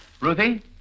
Ruthie